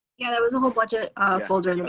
yeah, that was a little budget folder. you know